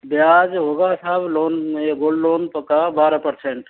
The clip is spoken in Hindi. ब्याज होगा साहब लोन ये गोल्ड लोन तो का बारह परसेंट